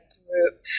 group